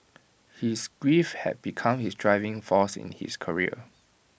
his grief had become his driving force in his career